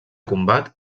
combat